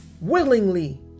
willingly